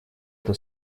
это